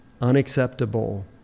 unacceptable